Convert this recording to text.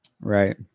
Right